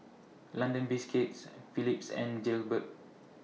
London Biscuits Phillips and Jaybird